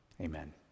Amen